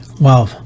Wow